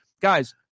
Guys